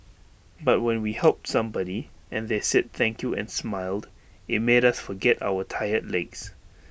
but when we helped somebody and they said thank you and smiled IT made us forget our tired legs